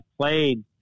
played